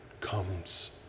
comes